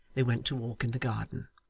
they went to walk in the garden.